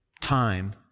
time